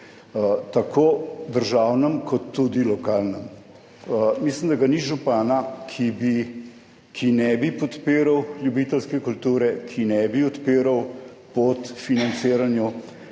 tako državnem kot tudi lokalnem. Mislim, da ga ni župana, ki ne bi podpiral ljubiteljske kulture, ki ne bi odpiral poti financiranju.